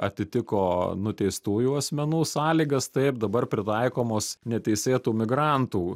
atitiko nuteistųjų asmenų sąlygas taip dabar pritaikomos neteisėtų migrantų